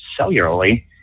cellularly